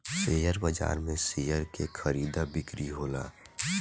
share बाजार में share के खरीदा बिक्री होला